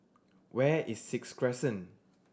where is Sixth Crescent